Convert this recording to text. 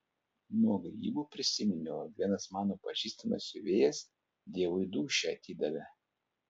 nuo grybų prisiminiau vienas mano pažįstamas siuvėjas dievui dūšią atidavė